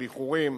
על איחורים.